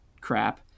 crap